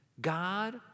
God